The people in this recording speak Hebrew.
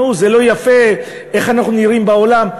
זה לא יפה, איך אנחנו נראים בעולם?